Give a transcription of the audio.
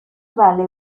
vale